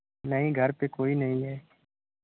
नहीं घर पर कोई नहीं है